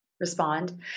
Respond